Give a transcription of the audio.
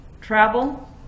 travel